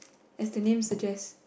as the name suggests